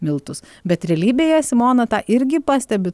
miltus bet realybėje simona tą irgi pastebi